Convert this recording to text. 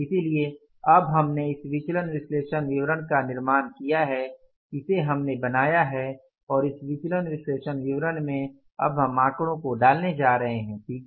इसलिए अब हमने इस विचलन विश्लेषण विवरण का निर्माण किया है इसे हमने बनाया है और इस विचलन विश्लेषण विवरण में अब हम आंकड़े डालने जा रहे हैं ठीक है